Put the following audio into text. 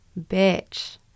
bitch